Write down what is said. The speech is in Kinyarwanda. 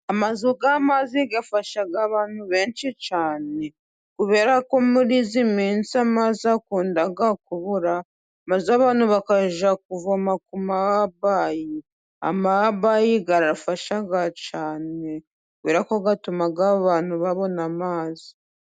Amazu y'amazi afasha abantu benshi cyane kubera ko muri iyi minsi akunda kubura maze abantu bakajya kuvoma kumabayi ,amabayi arafasha cyane kubera ko atuma abantu babona amazi.